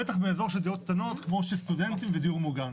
בטח באזור של דירות קטנות כמו של סטודנטים ודיור מוגן.